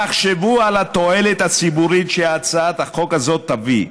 תחשבו על התועלת הציבורית שהצעת החוק הזו תביא,